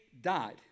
died